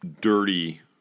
Dirty